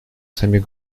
самих